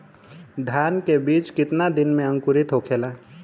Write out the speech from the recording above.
धान के बिज कितना दिन में अंकुरित होखेला?